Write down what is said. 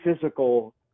physical